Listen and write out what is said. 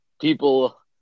people